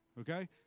okay